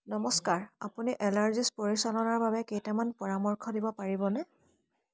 নমস্কাৰ আপুনি এলাৰজিচ পৰিচালনাৰ বাবে কেইটামান পৰামৰ্শ দিব পাৰিবনে